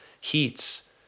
heats